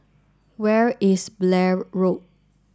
where is Blair Road